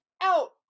out